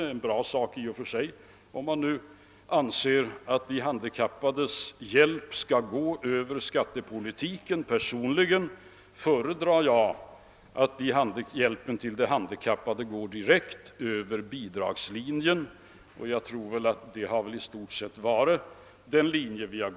Det senare är naturligtvis en god önskan, om man anser att hjälpen till de handikappade skall förmedlas över skattepolitiken. Personligen föredrar jag att hjälpen till de handikappade bidragsvägen får gå direkt till de handikappade. Det har väl också i stort sett varit den linje vi följt.